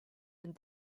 and